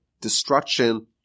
destruction